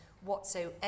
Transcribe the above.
whatsoever